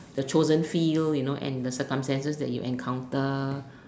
the chosen field you know and the circumstances that you encounter